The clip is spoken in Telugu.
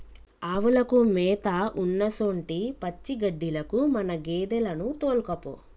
ఆవులకు మేత ఉన్నసొంటి పచ్చిగడ్డిలకు మన గేదెలను తోల్కపో